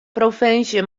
provinsje